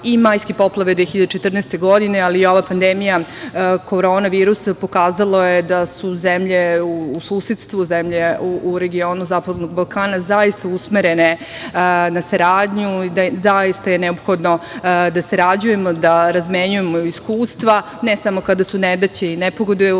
i majske poplave 2014. godine, ali i ova pandemija korona virusa pokazale su da su zemlje u susedstvu, zemlje u regionu zapadnog Balkana zaista usmerene na saradnju. Zaista je neophodno da sarađujemo, da razmenjujemo iskustva, ne samo kada su nedaće i nepogode, prirodne